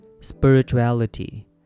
spirituality